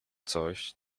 coś